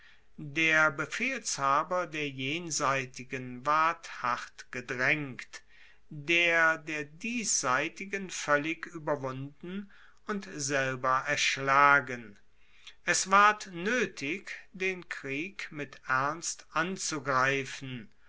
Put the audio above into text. der befehlshaber der jenseitigen ward hart gedraengt der der diesseitigen voellig ueberwunden und selber erschlagen es ward noetig den krieg mit ernst anzugreifen